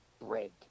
bread